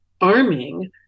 arming